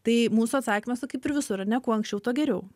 tai mūsų atsakymas kaip ir visur kuo anksčiau tuo geriau